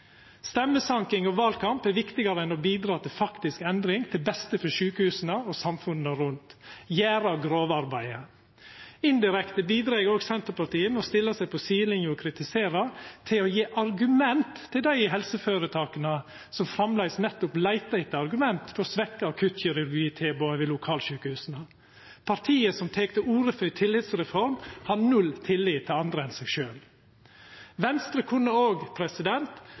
Stemmesanking og valkamp er viktigare enn å bidra til faktisk endring til beste for sjukehusa og samfunna rundt – gjera grovarbeidet. Indirekte bidreg òg Senterpartiet, ved å stilla seg på sidelinja og kritisera, til å gje argument til dei i helseføretaka som framleis nettopp leiter etter argument for å svekkja akuttkirurgitilbodet ved lokalsjukehusa. Partiet som tek til orde for ei tillitsreform, har null tillit til andre enn seg sjølv. Venstre kunne